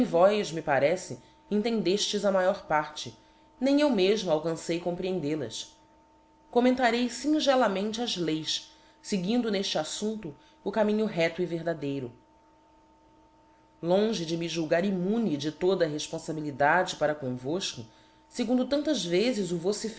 vós me parece éntendeftes a maior parte nem eu meímo alcancei comprehendel as gommentarei fingellamente as leis feguindo nefte affumpto o caminho refto e verdadeiro longe de me julgar immune de toda a refponfabilidade para comvofco fegundo tantas vezes o vociferou